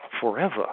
forever